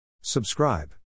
Subscribe